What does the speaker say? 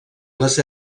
les